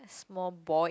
small boy